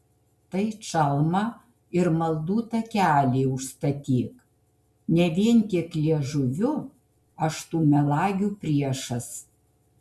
tai čalmą ir maldų takelį užstatyk ne vien tik liežuviu aš tų melagių priešas